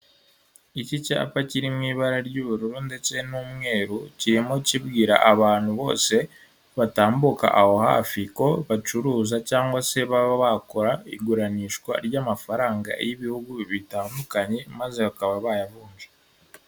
Iki cyapa kiri mu ibara ry'ubururu ndetse n'umweru kirimo kibwira abantu bose batambuka aho hafi ko bacuruza cyangwa se baba bakora iguranishwa ry'amafaranga y'ibihugu bitandukanye maze bakaba bayavunja.